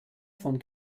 von